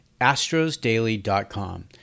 AstrosDaily.com